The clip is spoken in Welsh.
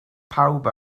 pawb